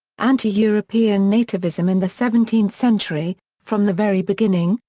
anti-european nativism in the seventeenth century from the very beginning,